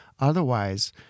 Otherwise